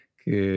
que